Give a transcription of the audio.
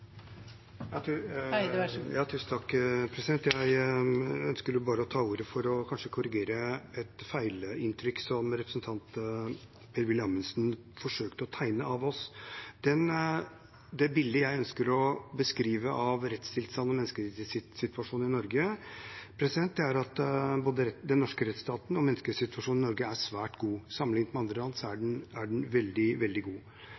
Amundsen forsøkte å tegne av oss. Det bildet jeg ønsker å beskrive av rettstilstanden og menneskerettighetssituasjonen i Norge, er at den norske rettsstaten og menneskerettighetssituasjonen i Norge er svært god. Sammenliknet med andre land er den veldig god.